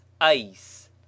ice